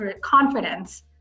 confidence